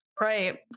Right